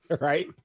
Right